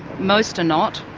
most are not.